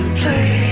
play